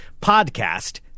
podcast